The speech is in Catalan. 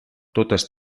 totes